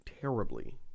terribly